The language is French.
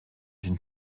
une